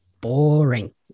boring